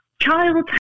child